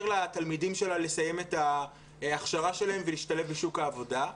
לתלמידים שלה לסיים את ההכשרה שלהם ולהשתלב בשוק העבודה,